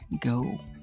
go